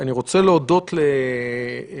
אני רוצה להודות לצה"ל.